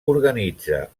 organitza